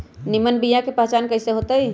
निमन बीया के पहचान कईसे होतई?